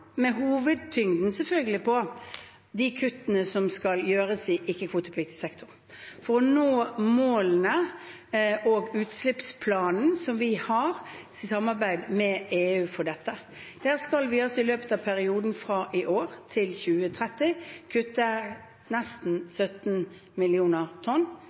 med hovedtyngden selvfølgelig på de kuttene som skal gjøres i ikke-kvotepliktig sektor for å nå målene og utslippsplanen vi har i samarbeid med EU for dette. Der skal vi i løpet av perioden fra i år til 2030 kutte nesten 17 millioner tonn,